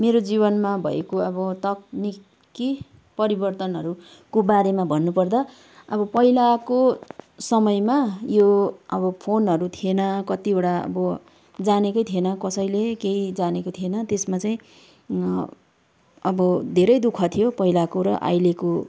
मेरो जीवनमा भएको अब तक्निकी परिवर्तनहरूको बारेमा भन्नुपर्दा अब पहिलाको समयमा यो अब फोनहरू थिएन कतिवटा अब जानेकै थिएन कसैले केही जानेको थिएन त्यसमा चाहिँ अब धैरै दुःख थियो पहिलाको र अहिलेको